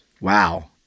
Wow